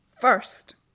First